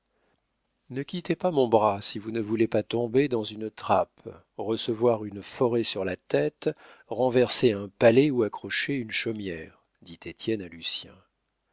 ne quittez pas mon bras si vous ne voulez pas tomber dans une trappe recevoir une forêt sur la tête renverser un palais ou accrocher une chaumière dit